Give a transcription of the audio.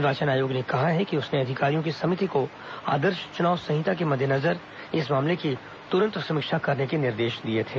निर्वाचन आयोग ने कहा है कि उसने अधिकारियों की समिति को आदर्श चुनाव संहिता के मद्देनजर इस मामले की तुरंत समीक्षा करने के निर्देश दिए थे